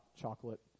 chocolate